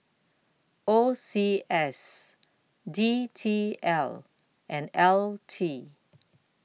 O C S D T L and L T